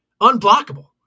Unblockable